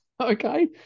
okay